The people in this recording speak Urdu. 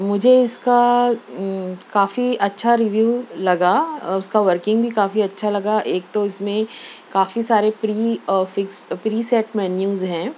مجھے اِس کا کافی اچھا ریویو لگا اُس کا ورکنگ بھی کافی اچھا لگا ایک تو اِس میں کافی سارے prefix preset menus ہیں